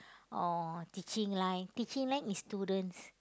or teaching line teaching line is students